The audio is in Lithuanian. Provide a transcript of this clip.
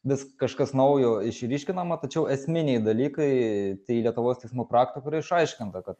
vis kažkas naujo išryškinama tačiau esminiai dalykai tai lietuvos teismų praktikų yra išaiškinta kad